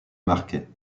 marquet